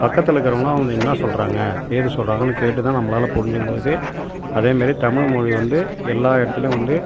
பக்கத்தில் இருக்கிறவங்களாம் அவங்க என்னா சொல்லுறாங்க ஏது சொல்லுறாங்கனு கேட்டு தான் நம்ளால புரிஞ்சிக்க முடியுது அதேமாரி தமிழ்மொலி வந்து எல்லா இடத்துலயும் வந்து